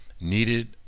needed